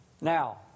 Now